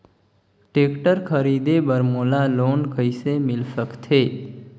Tractor खरीदे बर मोला लोन कइसे मिल सकथे?